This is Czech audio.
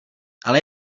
ale